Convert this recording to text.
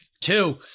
two